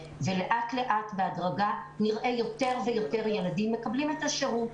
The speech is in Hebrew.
ולאט לאט ובהדרגה נראה שיותר ויותר ילדים מקבלים את השירות,